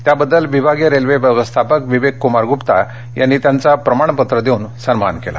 त्यासाठी विभागीय रेल्वेव्यवस्थापक विवेक कुमार गुप्ता यांनी त्यांचा प्रमाणपत्र देऊन सन्मान केला